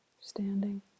standing